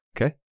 Okay